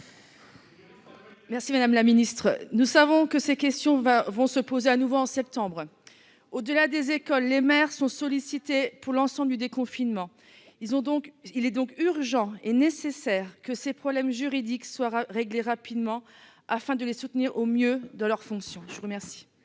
Herzog, pour la réplique. Nous savons que ces questions se poseront de nouveau en septembre. Au-delà des écoles, les maires sont sollicités pour l'ensemble du déconfinement et il est donc urgent et nécessaire que ces problèmes juridiques soient réglés rapidement afin de les soutenir au mieux dans leurs fonctions. Nous en